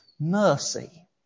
mercy